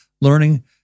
learning